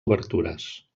obertures